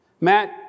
Matt